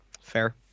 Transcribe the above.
Fair